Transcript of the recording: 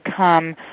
come